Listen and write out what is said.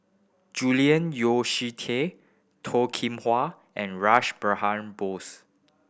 Julian Yeo See Teck Toh Kim Hwa and Rash Behan Bose